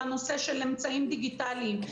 תודה.